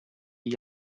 gli